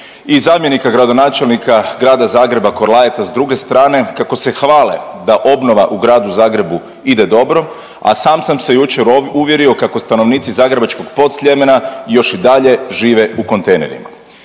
i zamjenika gradonačelnika grada Zagreba Korlaeta s druge strane kako se hvale da obnova u gradu Zagrebu ide dobro, a sam se jučer uvjerio kako stanovnici zagrebačkog Podsljemena još i dalje žive u kontejnerima.